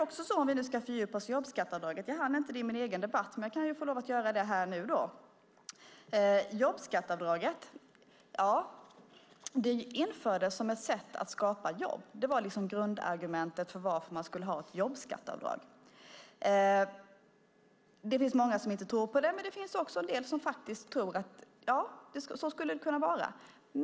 Om vi ska fördjupa oss i jobbskatteavdraget, vilket jag inte hann i min egen debatt, men jag kan få lov att göra det här nu då, så infördes det som ett sätt att skapa jobb. Det var liksom grundargumentet för varför man skulle ha ett jobbskatteavdrag. Det finns många som inte tror på det, men det finns också en del som faktiskt tror att ja, så skulle det kunna vara.